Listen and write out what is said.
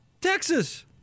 Texas